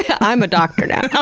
i'm a doctor now.